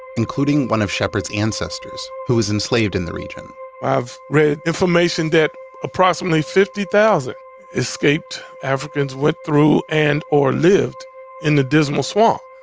including one of shepherd's ancestors who was enslaved in the region i've read information that approximately fifty thousand escaped africans went through and or lived in the dismal swamp.